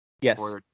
Yes